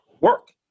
work